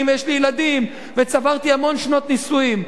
ויש לי ילדים וצברתי המון שנות נישואים.